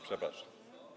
Przepraszam.